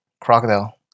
crocodile